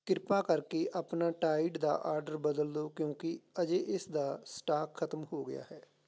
ਕਿਰਪਾ ਕਰਕੇ ਆਪਣਾ ਟਾਇਡ ਦਾ ਆਰਡਰ ਬਦਲ ਦਿਓ ਕਿਉਂਕਿ ਅਜੇ ਇਸ ਦਾ ਸਟਾਕ ਖਤਮ ਹੋ ਗਿਆ ਹੈ